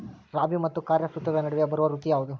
ರಾಬಿ ಮತ್ತು ಖಾರೇಫ್ ಋತುಗಳ ನಡುವೆ ಬರುವ ಋತು ಯಾವುದು?